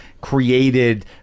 created